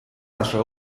нашей